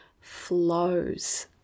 flows